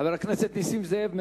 חבר הכנסת נסים זאב,